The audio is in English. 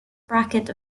bracket